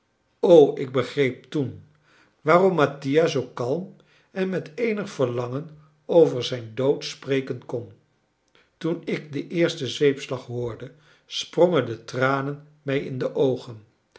o ik begreep toen waarom mattia zoo kalm en met eenig verlangen over zijn dood spreken kon toen ik den eersten zweepslag hoorde sprongen de tranen mij in de oogen